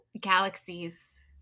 galaxies